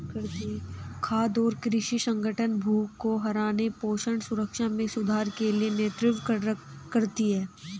खाद्य और कृषि संगठन भूख को हराने पोषण सुरक्षा में सुधार के लिए नेतृत्व करती है